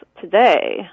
today